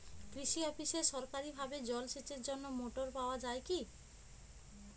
কৃষি অফিসে সরকারিভাবে জল সেচের জন্য মোটর পাওয়া যায় কি?